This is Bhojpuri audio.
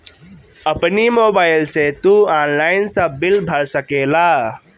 अपनी मोबाइल से तू ऑनलाइन सब बिल भर सकेला